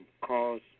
cause